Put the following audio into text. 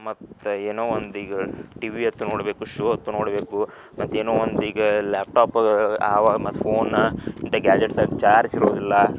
ಮತ್ತು ಏನೋ ಒಂದು ಈಗ ಟಿವಿಯತ್ತ ನೋಡಬೇಕು ಶೋ ಅತ್ತ ನೋಡಬೇಕು ಮತ್ತು ಏನೋ ಒಂದು ಈಗ ಲ್ಯಾಪ್ ಟಾಪ ಅವು ಮತ್ತು ಫೋನ ಇಂಥ ಗ್ಯಾಜೆಟ್ಸಾಗಿ ಚಾರ್ಜ್ ಇರುವುದಿಲ್ಲ